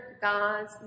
God's